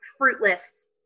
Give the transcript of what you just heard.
fruitless